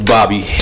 Bobby